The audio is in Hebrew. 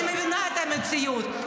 אני מבינה את המציאות.